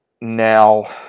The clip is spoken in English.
Now